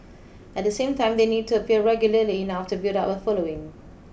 at the same time they need to appear regularly enough to build up a following